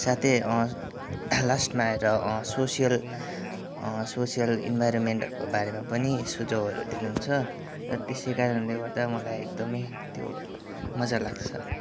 साथै लास्टमा आएर सोसियल सोसियल इन्भाइरोमेन्टहरूको बारेमा पनि सुझावहरू दिनुहुन्छ र त्यसैकारणले गर्दा मलाई एकदमै त्यो मज्जा लाग्छ